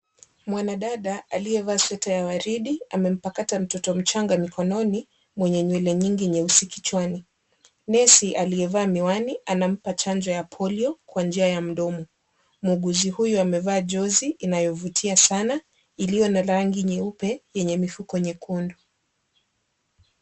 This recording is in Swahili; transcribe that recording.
Mwanadada aliyevaa sweta ya waridi amempakata mtoto mchanga mikononi mwenye nywele nyingi nyeusi kichwani. Nesi aliyevaa miwani anampa chanjo ya polio kwa njia ya mdomo. Muuguzi huyo amevaa jozi inayovutia sana iliyo na rangi nyeupe yenye mifuko nyekundu.